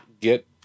get